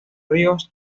ríos